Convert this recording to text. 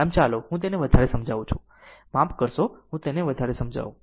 આમ ચાલો હું તેને વધારે સમજાવું છું માફ કરશો હું તેને વધારે સમજાવું